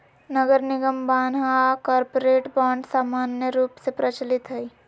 नगरनिगम बान्ह आऽ कॉरपोरेट बॉन्ड समान्य रूप से प्रचलित हइ